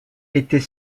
était